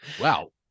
Wow